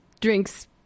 drinks